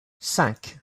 cinq